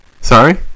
Sorry